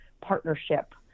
partnership